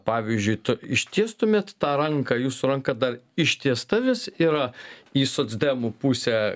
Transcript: pavyzdžiui tu ištiestumėt tą ranką jūsų ranka dar ištiesta vis yra į socdemų pusę